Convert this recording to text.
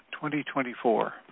2024